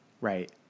Right